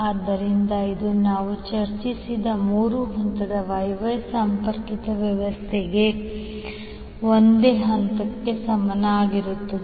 ಆದ್ದರಿಂದ ಇದು ನಾವು ಚರ್ಚಿಸಿದ ಮೂರು ಹಂತದ Y Y ಸಂಪರ್ಕಿತ ವ್ಯವಸ್ಥೆಗೆ ಒಂದೇ ಹಂತದ ಸಮಾನವಾಗಿರುತ್ತದೆ